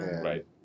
Right